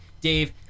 Dave